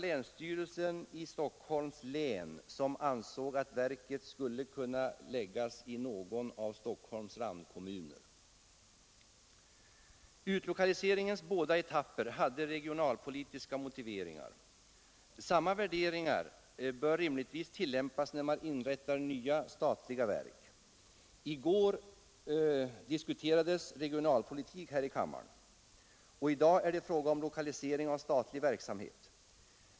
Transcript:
Länsstyrelsen i Stockholms län ansåg dock att verket skulle kunna förläggas till någon av Stockholms randkommuner. Utlokaliseringens båda etapper hade regionalpolitiska motiveringar. Samma värderingar bör rimligtvis tillämpas när man inrättar nya statliga verk. I går diskuterades regionalpolitik här i kammaren, och i dag är det fråga om lokalisering av statlig verksamhet.